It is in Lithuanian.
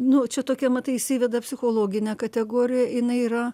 nu čia tokią matai jis įveda psichologinę kategoriją jinai yra